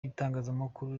itangazamakuru